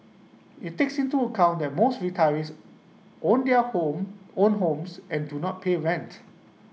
IT takes into account that most retirees own their homes own homes and do not pay rent